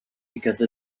because